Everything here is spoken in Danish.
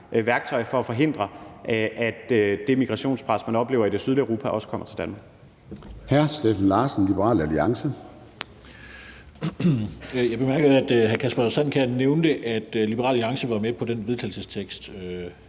værktøj for at forhindre, at det migrationspres, man oplever i det sydlige Europa, også kommer til Danmark.